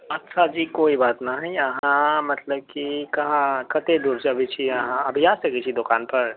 अच्छा जी कोइ बात न हय अहाँ मतलब कहाँ कते दूर सऽ अबै छियै अहाँ अभी आ सकै छियै दोकान पर